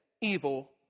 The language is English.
evil